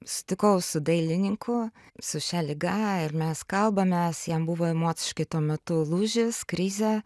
susitikau su dailininku su šia liga ir mes kalbamės jam buvo emociškai tuo metu lūžis krizė